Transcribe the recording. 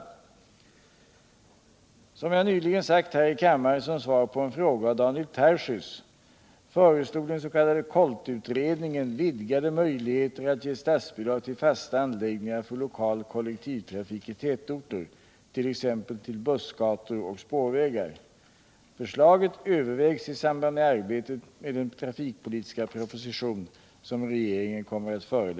Såsom jag nyligen sagt här i kammaren som svar på en fråga av Daniel